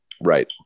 Right